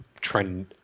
trend